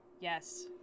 Yes